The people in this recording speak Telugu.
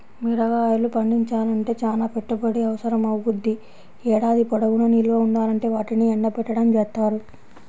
మిరగాయలు పండించాలంటే చానా పెట్టుబడి అవసరమవ్వుద్ది, ఏడాది పొడుగునా నిల్వ ఉండాలంటే వాటిని ఎండబెట్టడం జేత్తారు